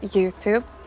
Youtube